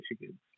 Michigan